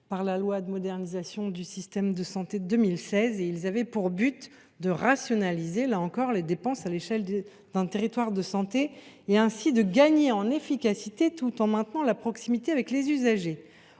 par la loi de modernisation de notre système de santé de 2016, avaient pour but de rationaliser les dépenses de santé à l’échelle d’un territoire et ainsi de gagner en efficacité tout en maintenant la proximité avec les usagers.